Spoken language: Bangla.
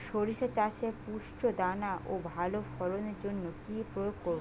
শরিষা চাষে পুষ্ট দানা ও ভালো ফলনের জন্য কি প্রয়োগ করব?